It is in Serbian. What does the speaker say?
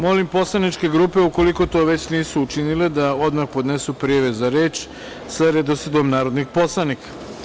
Molim poslaničke grupe, ukoliko to već nisu učinile, da odmah podnesu prijave za reč sa redosledom narodnih poslanika.